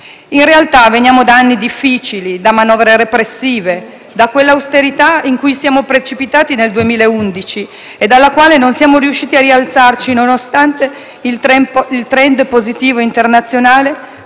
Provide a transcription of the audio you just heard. In realtà, veniamo da anni difficili, da manovre repressive, da quella austerità in cui siamo precipitati nel 2011 e dalla quale non siamo riusciti a rialzarci nonostante il *trend* positivo internazionale